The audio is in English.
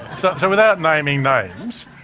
so so without naming names,